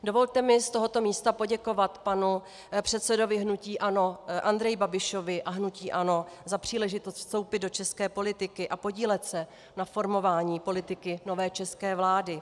Dovolte mi z tohoto místa poděkovat panu předsedovi hnutí ANO Andreji Babišovi a hnutí ANO za příležitost vstoupit do české politiky a podílet se na formování politiky nové české vlády.